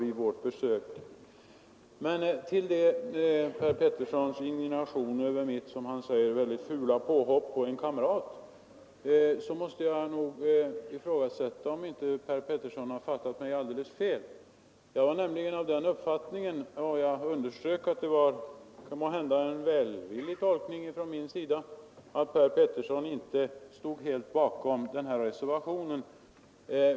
Men i fråga om herr Peterssons i Gäddvik indignation över, som han säger, mitt fula påhopp på en kamrat måste jag nog ifrågasätta, om inte Per Petersson fattat mig alldeles fel. Jag var nämligen av den uppfattningen — jag underströk att det måhända var en välvillig tolkning från min sida — att Per Petersson inte helt stod bakom reservationen.